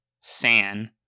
san